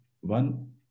one